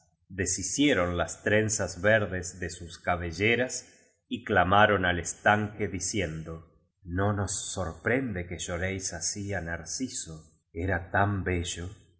deshicieron las trenzas verdes de sus cabelleras y clamaron al estanque diciendo no nos sorprende que floréis así á narciso era tan bello